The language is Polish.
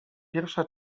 pierwsza